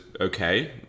okay